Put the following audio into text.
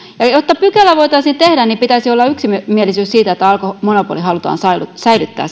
ja jotta tämä etämyynnin pykälä voitaisiin tehdä pitäisi olla yksimielisyys siitä että alkon monopoli halutaan säilyttää